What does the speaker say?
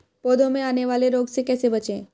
पौधों में आने वाले रोग से कैसे बचें?